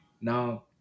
now